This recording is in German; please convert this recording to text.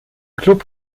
club